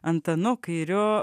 antanu kairiu